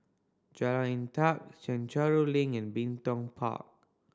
Jalan Inta Chencharu Link and Bin Tong Park